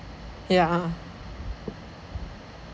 yeah